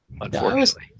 Unfortunately